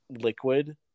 liquid